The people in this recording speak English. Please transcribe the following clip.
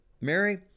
Mary